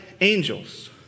angels